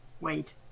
Wait